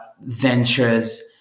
ventures